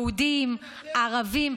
לנתק ערבים מחשמל ומים, יהודים, ערבים.